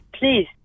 please